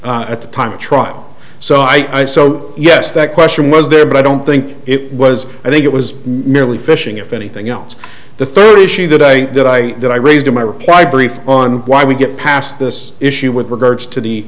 at the time of trial so i so yes that question was there but i don't think it was i think it was nearly fishing if anything else the three sure the day that i that i raised in my reply brief on why we get past this issue with regards to the